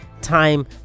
time